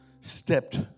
stepped